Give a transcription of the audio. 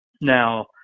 Now